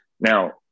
Now